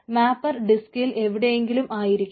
mapper ഡിസ്കിൽ എവിടെയെങ്കിലും ആയിരിക്കും